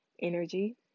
energy